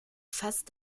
fast